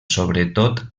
sobretot